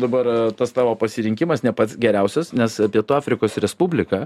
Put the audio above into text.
dabar tas tavo pasirinkimas ne pats geriausias nes pietų afrikos respublika